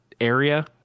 area